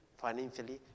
financially